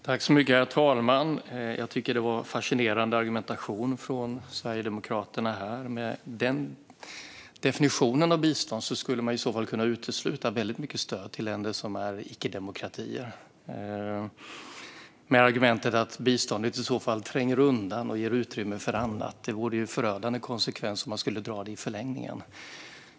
Herr talman! Jag tycker att det var en fascinerande argumentation från Sverigedemokraterna. Med denna definition av bistånd skulle man i så fall kunna utesluta väldigt mycket stöd till länder som är icke-demokratier med argumentet att biståndet i så fall tränger undan saker och ger utrymme för annat. Det vore en förödande konsekvens i förlängningen.